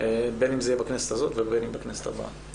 בין אם זה יהיה בכנסת הזו ובין אם בכנסת הבאה.